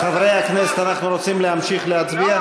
חברי הכנסת, אנחנו רוצים להמשיך להצביע?